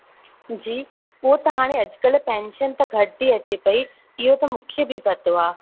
जी हुओ त हाणे अॼुकल्ह पेंशन त घटि ई अचे पेई इहो त मूंखे बि पतो आहे